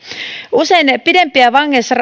usein pidempiä